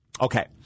Okay